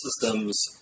systems